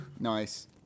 Nice